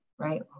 Right